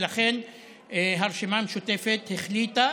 ולכן הרשימה המשותפת החליטה,